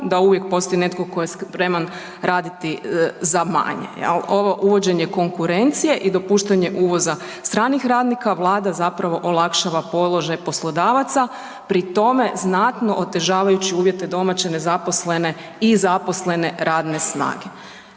da uvijek postoji netko tko je spreman raditi za manje, jel', ovo uvođenje konkurencije i dopuštanje uvoza stranih radnika, Vlada zapravo olakšava položaj poslodavaca pri tome znatno otežavajuću uvjete domaće nezaposlene i zaposlene radne snage.